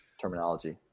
Terminology